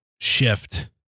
shift